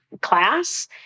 class